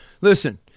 Listen